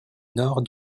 nord